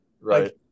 Right